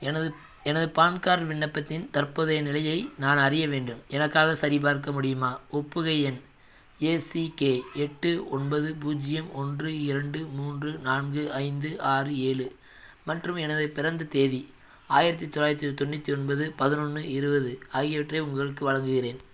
எனது எனது PAN card விண்ணப்பத்தின் தற்போதைய நிலையை நான் அறிய வேண்டும் எனக்காக சரிபார்க்க முடியுமா ஒப்புகை எண் ஏசிகே எட்டு ஒன்பது பூஜ்ஜியம் ஒன்று இரண்டு மூன்று நான்கு ஐந்து ஆறு ஏழு மற்றும் எனது பிறந்தத் தேதி ஆயிரத்தி தொள்ளாயிரத்தி தொண்ணூற்றி ஒன்பது பதினொன்று இருபது ஆகியவற்றை உங்களுக்கு வழங்குகின்றேன்